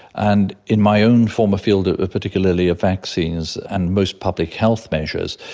and in my own former field ah particularly of vaccines and most public health measures,